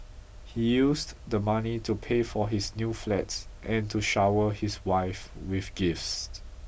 he used the money to pay for his new flats and to shower his wife with gifts